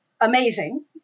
amazing